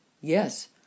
Yes